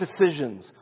decisions